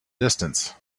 distance